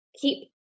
keep